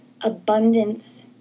abundance